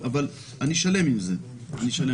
כרגע אני שלם עם מה שמוצע.